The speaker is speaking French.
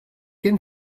ken